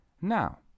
Now